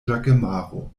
ĵakemaro